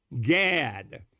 Gad